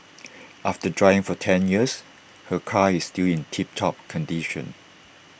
after driving for ten years her car is still in tip top condition